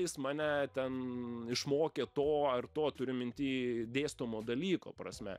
jis mane ten išmokė to ar to turiu minty dėstomo dalyko prasme